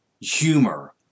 humor